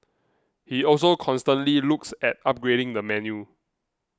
he also constantly looks at upgrading the menu